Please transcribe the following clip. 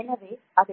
எனவே அது